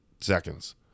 seconds